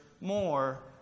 more